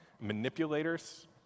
manipulators